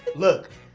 look,